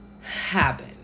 happen